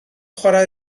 chwarae